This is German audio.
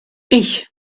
ich